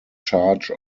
charge